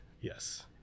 Yes